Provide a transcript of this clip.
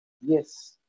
Yes